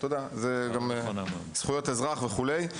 מחמת זכויות האזרח וכולי.